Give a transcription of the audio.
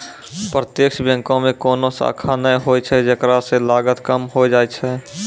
प्रत्यक्ष बैंको मे कोनो शाखा नै होय छै जेकरा से लागत कम होय जाय छै